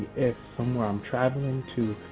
if somewhere i'm traveling to